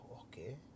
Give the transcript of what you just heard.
Okay